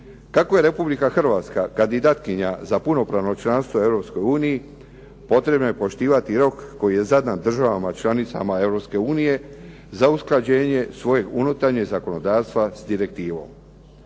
Kako je Republika Hrvatska kandidatkinja za punopravno članstvo u Europskoj uniji potrebno je poštivati rok koji je zadan državama članicama Europske unije za usklađenje svojeg unutarnjeg zakonodavstva s direktivom.